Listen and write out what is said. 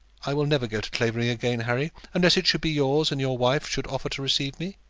i will never go to clavering again, harry, unless it should be yours and your wife should offer to receive me.